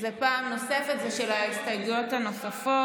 זו פעם נוספת, זה של ההסתייגויות הנוספות.